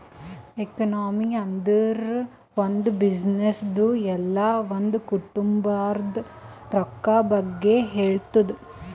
economy ಅಂದುರ್ ಒಂದ್ ಬಿಸಿನ್ನೆಸ್ದು ಇಲ್ಲ ಒಂದ್ ಕುಟುಂಬಾದ್ ರೊಕ್ಕಾ ಬಗ್ಗೆ ಹೇಳ್ತುದ್